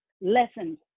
lessons